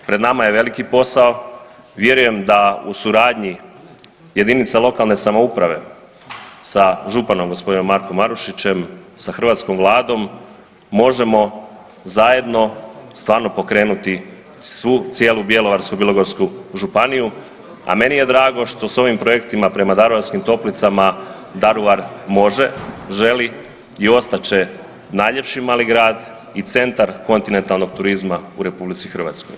Pred nama je veliki posao, vjerujem da u suradnji jedinica lokalne samouprave, sa županom g. Markom Marušićem, sa hrvatskom Vladom možemo zajedno stvarno pokrenuti svu cijelu Bjelovarsko-bilogorsku županiju, a meni je drago što s ovim projektima prema Daruvarskim toplicama Daruvar može, želi i ostat će najljepši mali grad i centar kontinentalnog turizma u RH.